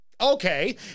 Okay